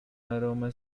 aroma